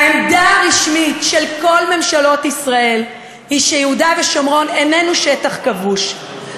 העמדה הרשמית של כל ממשלות ישראל היא שיהודה ושומרון אינם שטח כבוש.